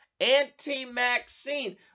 anti-maxine